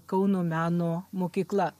kauno meno mokykla